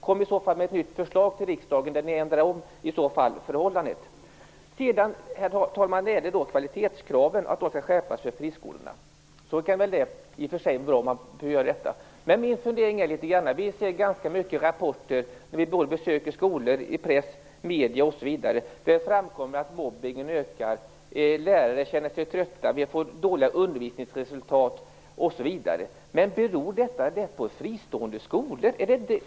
Kom i så fall med ett nytt förslag till riksdagen där ni ändrar förhållandena. Sedan har vi, herr talman, detta med att kvalitetskraven skall skärpas för friskolorna. Det är väl i och för sig bra om man gör det. Men jag har ändå funderingar kring detta. Det framkommer ju i ganska många rapporter, när vi besöker skolor eller läser press och medier att mobbningen ökar, att lärare känner sig trötta och att undervisningsresultaten är dåliga. Beror detta på de fristående skolorna?